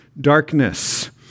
darkness